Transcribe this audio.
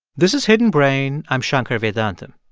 this is hidden brain. i'm shankar vedantam.